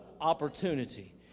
opportunity